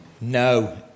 No